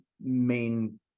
main